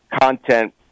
content